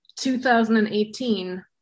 2018